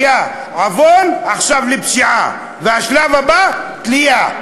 היה עוון, עכשיו פשע, והשלב הבא: תלייה.